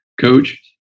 Coach